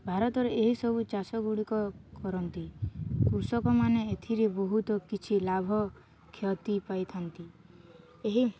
ଭାରତରେ ଏହିସବୁ ଚାଷ ଗୁଡ଼ିକ କରନ୍ତି କୃଷକମାନେ ଏଥିରେ ବହୁତ କିଛି ଲାଭ କ୍ଷତି ପାଇଥାନ୍ତି ଏହି